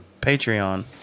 Patreon